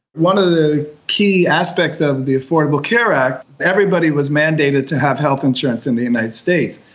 one of the key aspects of the affordable care act, everybody was mandated to have health insurance in the united states.